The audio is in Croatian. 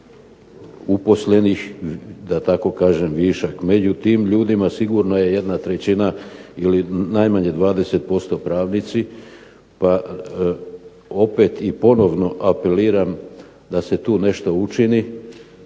uposlenih da tako kažem višak. Među tim ljudima sigurno je jedna trećina ili najmanje 20% pravnici, pa opet i ponovno apeliram da se tu nešto učini